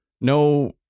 No